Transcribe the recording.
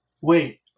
Wait